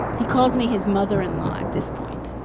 he calls me his mother-in-law at this point.